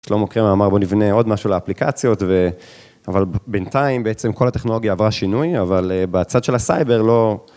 שלמה קרמה אמר בואו נבנה עוד משהו לאפליקציות ו... אבל בינתיים בעצם כל הטכנולוגיה עברה שינוי, אבל בצד של הסייבר לא...